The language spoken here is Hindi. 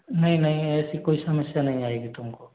नहीं नहीं ऐसी कोई समस्या नहीं आएगी तुमको